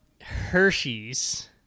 Hershey's